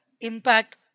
impact